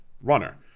runner